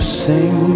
sing